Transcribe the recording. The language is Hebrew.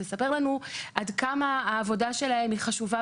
לספר לנו עד כמה העבודה שלהם היא חשובה